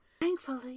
Thankfully